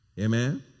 Amen